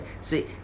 See